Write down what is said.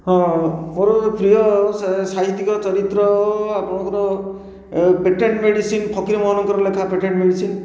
ହଁ ମୋର ପ୍ରିୟ ସାହିତ୍ୟିକ ଚରିତ୍ର ଆପଣଙ୍କର ପେଟେଣ୍ଟ ମେଡ଼ିସିନ୍ ଫକୀରମୋହନଙ୍କର ଲେଖା ପେଟେଣ୍ଟ ମେଡ଼ିସିନ୍